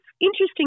interesting